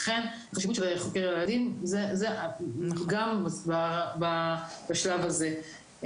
לכן חשיבות של חוקר ילדים זה האתגר בשלב הזה.